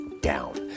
down